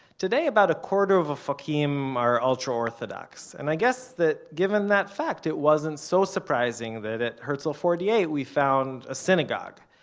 today about a quarter of ofakim are ultra-orthodox, and i guess that given that fact it wasn't so surprising that at herzl forty eight we found, a synagogue.